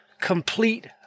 complete